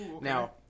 Now